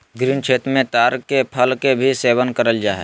ग्रामीण क्षेत्र मे ताड़ के फल के भी सेवन करल जा हय